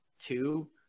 two